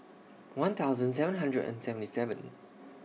one thousand seven hundred and seventy seven